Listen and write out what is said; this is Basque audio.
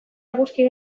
eguzki